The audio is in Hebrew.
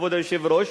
כבוד היושב-ראש,